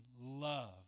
love